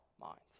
minds